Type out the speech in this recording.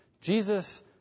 Jesus